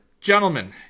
Gentlemen